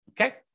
Okay